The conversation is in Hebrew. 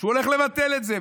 שהוא הולך לבטל את זה.